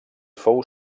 fou